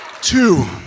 two